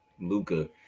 Luka